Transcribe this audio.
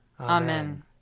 Amen